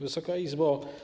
Wysoka Izbo!